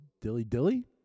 dilly-dilly